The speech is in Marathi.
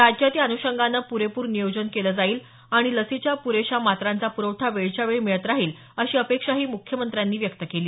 राज्यात या अन्षंगाने प्रेपूर नियोजन केलं जाईल आणि लसीच्या प्रेशा मात्रांचा प्रखठा वेळच्या वेळी मिळत राहील अशी अपेक्षाही मुख्यमंत्र्यांनी व्यक्त केली